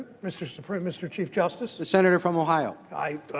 mr. so for mr. chief justice to senator from ohio five,